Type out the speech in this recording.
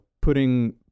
putting